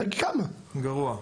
גרוע.